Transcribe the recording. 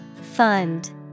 Fund